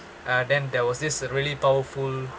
uh then there was this really powerful